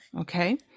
okay